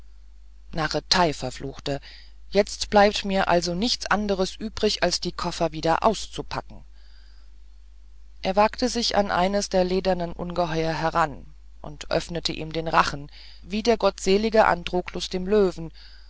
narretei verfluchte jetzt bleibt mir also nichts anderes übrig als die koffer wieder auszupacken er wagte sich an eines der ledernen ungeheuer heran und öffnete ihm den rachen wie der gottselige androklus dem löwen